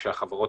כפי שאמר קודמי,